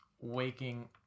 waking